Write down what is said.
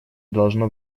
должно